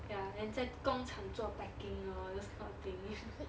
ya then 在工厂做 packing lor those kind of thing